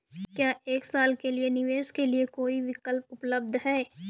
क्या एक साल के निवेश के लिए कोई विकल्प उपलब्ध है?